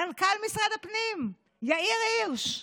מנכ"ל משרד הפנים יאיר הירש,